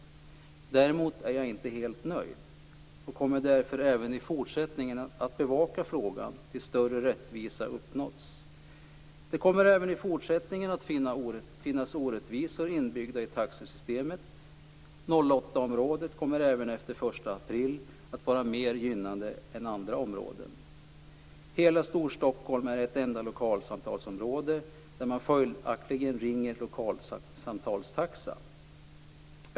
Däremot är jag inte helt nöjd, och jag kommer därför även i fortsättningen att bevaka frågan, till dess större rättvisa har uppnåtts. Det kommer även i fortsättningen att finnas orättvisor inbyggda i taxesystemet. 08-området kommer även efter den 1 april att vara mer gynnat än andra områden. Hela Storstockholm är ett enda lokalsamtalsområde, där man följaktligen ringer till lokalsamtalstaxa.